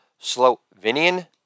Slovenian